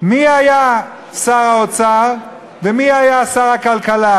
מי היה שר האוצר ומי היה שר הכלכלה.